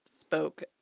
spoke